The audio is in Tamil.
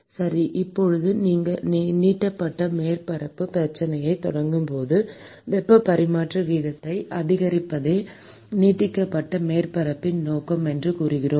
சரி இப்போது இந்த நீட்டிக்கப்பட்ட மேற்பரப்புப் பிரச்சனையைத் தொடங்கியபோது வெப்பப் பரிமாற்ற வீதத்தை அதிகரிப்பதே நீட்டிக்கப்பட்ட மேற்பரப்பின் நோக்கம் என்று கூறினோம்